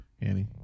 Annie